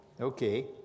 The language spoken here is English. Okay